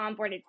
onboarded